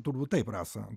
turbūt taip rasa